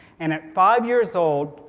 and at five years old,